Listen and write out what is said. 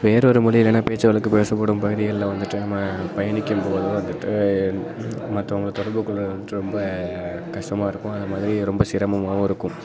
வேறொரு மொழி இல்லைனா பேச்சுவழக்கு பேசப்படும் பகுதிகளில் வந்துட்டு நம்ம பயணிக்கும் போதோ வந்துட்டு மற்றவுங்கள தொடர்புகொள்வது வந்துட்டு ரொம்ப கஷ்டமாக இருக்கும் அதை மாதிரி ரொம்ப சிரமமாகவும் இருக்கும்